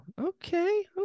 Okay